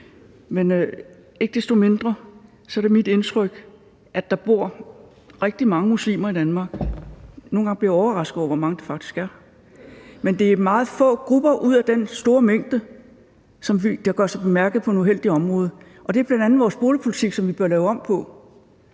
Men ikke desto mindre er det mit indtryk, at der bor rigtig mange muslimer i Danmark – nogle gange bliver jeg overrasket over, hvor mange der faktisk er – men at det er meget få grupper ud af den store mængde, der gør sig bemærket på en uheldig måde. Der er bl.a. vores boligpolitik, som vi bør lave om på,